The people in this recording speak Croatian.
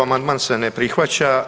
Amandman se ne prihvaća.